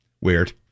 Weird